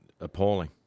appalling